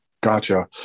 Gotcha